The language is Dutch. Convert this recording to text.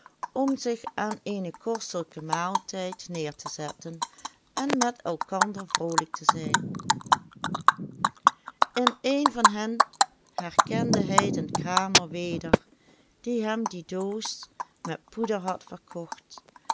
om zich aan eenen kostelijken maaltijd j j a goeverneur oude sprookjes neêr te zetten en met elkander vrolijk te zijn in een van hen herkende hij den kramer weder die hem die doos met poeder had verkocht